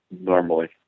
normally